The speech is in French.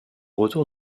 retour